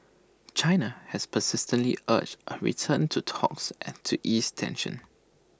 China has persistently urged A return to talks and to ease tensions